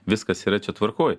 viskas yra čia tvarkoj